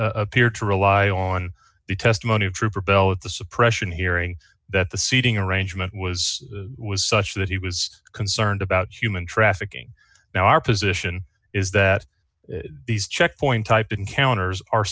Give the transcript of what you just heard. appear to rely on the testimony of trooper bell at the suppression hearing that the seating arrangement was was such that he was concerned about human trafficking now our position is that these checkpoint type encounters are